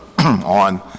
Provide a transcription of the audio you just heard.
on